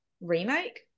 remake